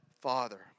Father